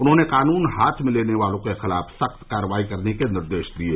उन्होंने कानून हाथ में लेने वालों के खिलाफ सख्त कार्रवाई करने के निर्देश दिये